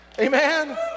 Amen